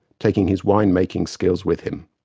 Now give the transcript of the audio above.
taking his wine-making skills with him.